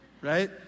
right